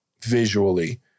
visually